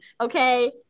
Okay